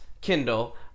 Kindle